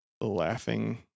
laughing